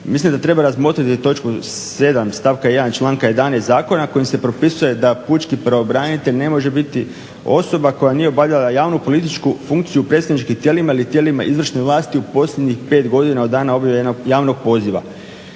mislim da treba razmotriti točku 7. stavka 1. članka 11. zakona kojim se propisuje da pučki pravobranitelj ne može biti osoba koja nije obavljala javnu, političku funkciju u predstavničkim tijelima ili tijelima izvršne vlasti u posljednjih pet godina od dana obavljanja javnog poziva.